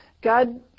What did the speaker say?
God